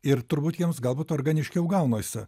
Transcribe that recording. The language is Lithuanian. ir turbūt jiems galbūt organiškiau gaunasi